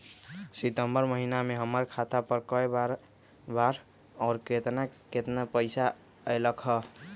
सितम्बर महीना में हमर खाता पर कय बार बार और केतना केतना पैसा अयलक ह?